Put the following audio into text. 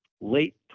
late